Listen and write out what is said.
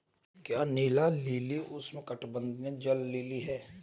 क्या नीला लिली उष्णकटिबंधीय जल लिली है?